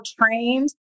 trained